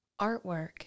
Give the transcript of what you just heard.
artwork